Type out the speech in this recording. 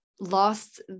lost